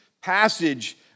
passage